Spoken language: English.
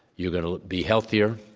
you're going to be healthier,